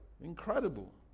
Incredible